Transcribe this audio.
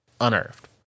unearthed